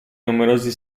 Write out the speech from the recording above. numerosi